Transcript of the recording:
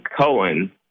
Cohen